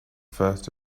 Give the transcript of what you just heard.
first